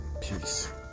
Peace